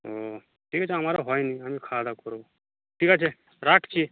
ও ঠিক আছে আমারও হয়নি আমি খাওয়া দাওয়া করব ঠিক আছে রাখছি